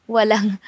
Walang